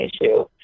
issue